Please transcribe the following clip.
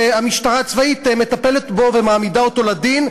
והיא מטפלת בו ומעמידה אותו לדין,